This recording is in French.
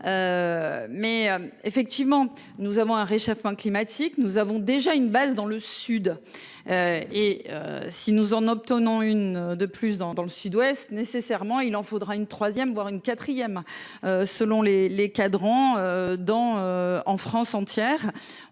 Mais effectivement, nous avons un réchauffement climatique. Nous avons déjà une base dans le sud. Et si nous en obtenant une de plus dans, dans le Sud-Ouest, nécessairement, il en faudra une 3ème voire une 4ème. Selon les les cadrans dans en France entière,